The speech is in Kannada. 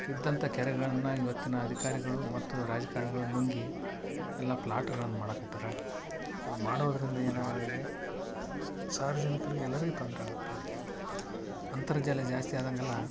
ಇದ್ದಂತ ಕೆರೆಗಳನ್ನು ಇವತ್ತಿನ ಅಧಿಕಾರಿಗಳು ಮತ್ತು ರಾಜಕಾರಣಿಗಳು ನುಂಗಿ ಎಲ್ಲ ಪ್ಲಾಟ್ಗಳನ್ನು ಮಾಡಾಕತ್ತಾರೆ ಅದು ಮಾಡೋದರಿಂದ ಏನಾಗದೆ ಈಗ ಸಾರ್ವಜನಿಕರಿಗೆ ಎಲ್ಲರಿಗೆ ತೊಂದರೆ ಆಗತ್ತೆ ಅಂತರ್ಜಲ ಜಾಸ್ತಿ ಆದಾಗೆಲ್ಲ